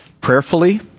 prayerfully